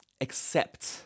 accept